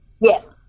Yes